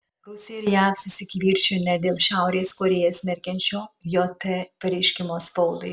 rusija ir jav susikivirčijo net dėl šiaurės korėją smerkiančio jt pareiškimo spaudai